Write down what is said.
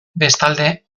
bestalde